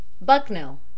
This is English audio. Bucknell